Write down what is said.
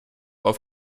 auf